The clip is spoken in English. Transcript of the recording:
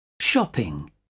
Shopping